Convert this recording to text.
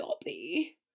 Dobby